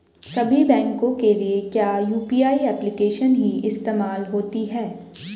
सभी बैंकों के लिए क्या यू.पी.आई एप्लिकेशन ही इस्तेमाल होती है?